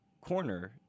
corner